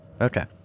Okay